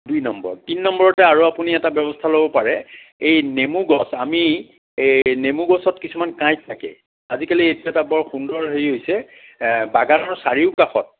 দুই নম্বৰ তিনি নম্বৰতে আৰু আপুনি এটা ব্যৱস্থা ল'ব পাৰে এই নেমু গছ আমি এই নেমু গছত কিছুমান কাইঁট থাকে আজিকালি এইটো এটা বৰ সুন্দৰ হেৰি হৈছে বাগানৰ চাৰিওকাষত